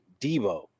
Debo